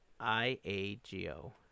I-A-G-O